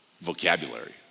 vocabulary